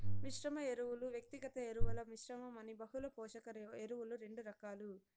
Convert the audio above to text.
మిశ్రమ ఎరువులు, వ్యక్తిగత ఎరువుల మిశ్రమం అని బహుళ పోషక ఎరువులు రెండు రకాలు